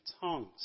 tongues